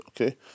Okay